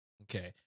Okay